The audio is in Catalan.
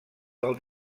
del